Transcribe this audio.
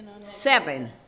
seven